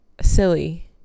silly